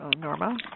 Norma